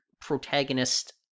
protagonist